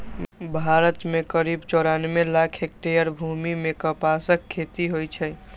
भारत मे करीब चौरानबे लाख हेक्टेयर भूमि मे कपासक खेती होइ छै